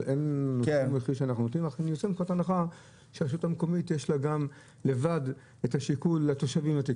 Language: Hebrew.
אני יוצא מנקודת הנחה שלרשות המקומית יש את השיקול כלפי התושבים.